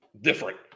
different